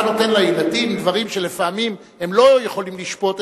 אתה נותן לילדים דברים שלפעמים הם לא יכולים לשפוט,